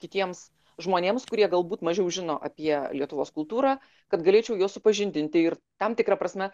kitiems žmonėms kurie galbūt mažiau žino apie lietuvos kultūrą kad galėčiau juos supažindinti ir tam tikra prasme